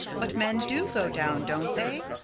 but men do go down, don't they?